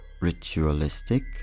ritualistic